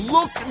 Look